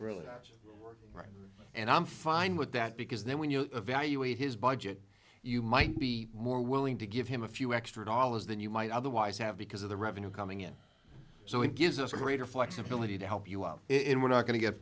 really and i'm fine with that because then when you evaluate his budget you might be more willing to give him a few extra dollars than you might otherwise have because of the revenue coming in so it gives us a greater flexibility to help you out it we're not going to get